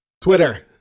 Twitter